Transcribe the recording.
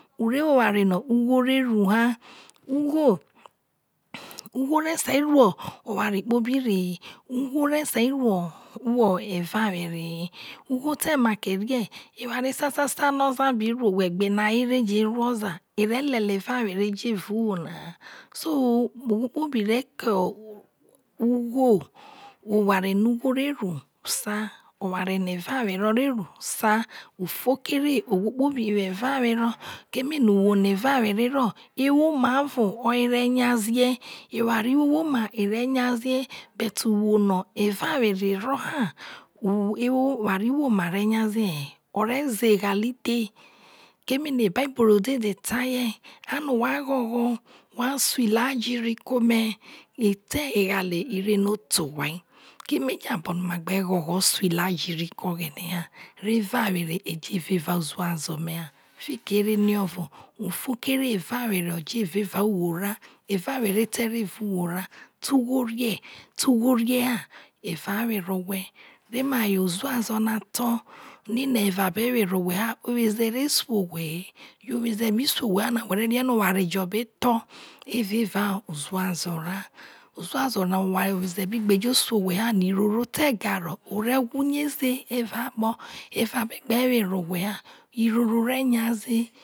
U wo oware no ugho re ru ha ugho o re sai ru oware kpobi rehe ugho re sai ru eva were he ugho te make ro eware sasa no oza bi ru owhe hayo je ru oza or ru eva were jo eva uwuo hu so ohwo kpobi re ke oware no ughe re ru sa oware no eva were re ru sa u fo re ohwo kpobi wo eva were uwuo no eva were ro ewome e re nyaze evawere gbe re ha o re ze eghale gbe keme no ebaibol dede ta ye ani wha ghogho wha so ile a jiri ke ome oghene hia re evawere e jo evao uzazo ra ha fiki ere movo u fo kere eva were o jo eva uwuo rai eva were te ro evao uviuwai ra te ugho re te ugho re he jo eva ewere owhe re ma yo uzazo na to eva be were owhe ha oweze re su owhe he whe re rie no oware fo o be tho eva uzazo ra uzazo o oweze bi je su owhe ha na no iroro te ga hro re wa uye ze evao akpo eva be gbe were owhe ha irorom ve nyaze.